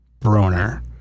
Broner